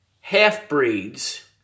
half-breeds